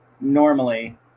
Normally